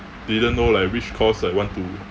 didn't know like which course I want to